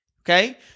Okay